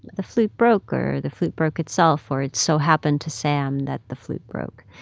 the flute broke, or the flute broke itself, or it so happened to sam that the flute broke.